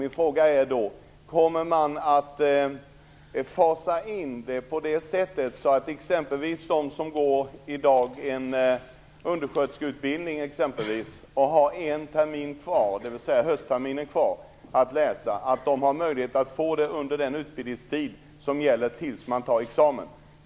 Min fråga är: Kommer man att fasa in det så att exempelvis de som i dag genomgår en undersköterskeutbildning och har en termin, dvs. höstterminen, kvar att läsa har möjlighet att få detta stöd till dess att de tagit examen?